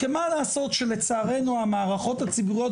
כי מה לעשות שלצערנו המערכות הציבוריות